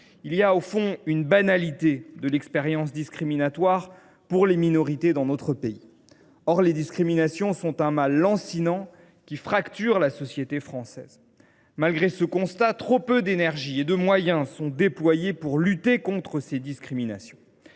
Il y a, au fond, une banalité de l’expérience discriminatoire pour les minorités dans notre pays. Or les discriminations sont un mal lancinant, qui fracture la société française. Malgré ce constat, trop peu d’énergie et de moyens sont déployés pour lutter contre ces discriminations.